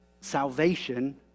salvation